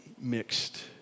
mixed